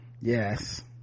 yes